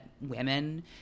women